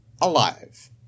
Alive